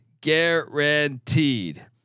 Guaranteed